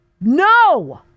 No